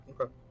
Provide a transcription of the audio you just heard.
Okay